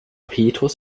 petrus